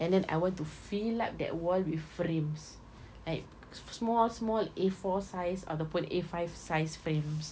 and then I want to fill up that wall with frames like small small A four-sized ataupun A five-sized frames